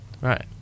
right